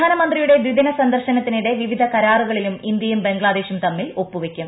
പ്രധാനമന്ത്രിയുടെ ദ്വിദിന സന്ദർശനത്തിനിടെ വിവിധ കരാറുകളിലും ഇന്ത്യയും ബംഗ്ലാദേശും തമ്മിൽ ഒപ്പുവയ്ക്കും